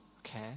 okay